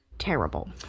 terrible